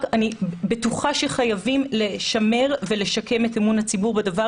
רק אני בטוחה שחייבים לשמר את אמון הציבור בדבר